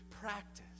practice